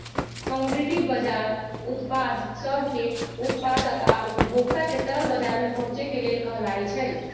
commodity बजार उत्पाद सब के उत्पादक आ उपभोक्ता के तरल बजार में पहुचे के लेल कहलाई छई